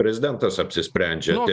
prezidentas apsisprendžia